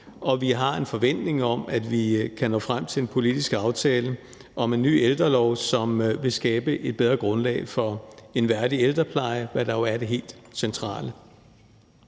Og vi har en forventning om, at vi kan nå frem til en politisk aftale om en ny ældrelov, som vil skabe et bedre grundlag for en værdig ældrepleje, hvad der jo er det helt centrale.